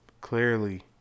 Clearly